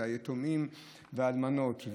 של היתומים והאלמנות,